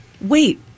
Wait